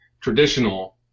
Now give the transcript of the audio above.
traditional